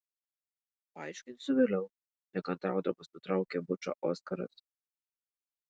paaiškinsiu vėliau nekantraudamas nutraukė bučą oskaras